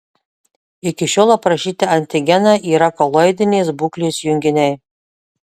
iki šiol aprašyti antigenai yra koloidinės būklės junginiai